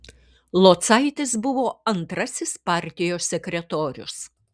locaitis buvo antrasis partijos sekretorius